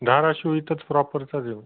धाराशिव इथंच प्रॉपरचा देऊळ